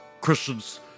Christians